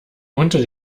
unter